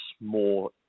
more